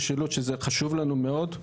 שזה חשוב לנו מאוד,